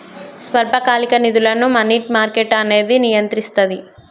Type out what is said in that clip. స్వల్పకాలిక నిధులను money market అనేది నియంత్రిస్తది